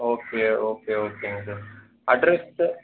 okay okay ஓகேங்க sir address sir